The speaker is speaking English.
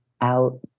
out